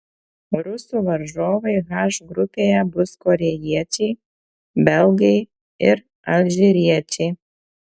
rusų varžovai h grupėje bus korėjiečiai belgai ir alžyriečiai